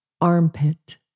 Armpit